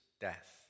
death